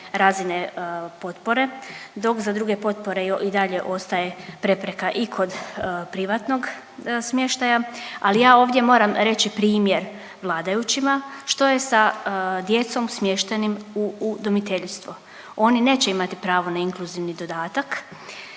razine potpore, dok za druge potpore i dalje ostaje prepreka i kod privatnog smještaja. Ali ja ovdje moram reći primjer vladajućima što je sa djecom smještenim u, u udomiteljstvo? Oni neće imati pravo na inkluzivni dodatak